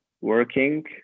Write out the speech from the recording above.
working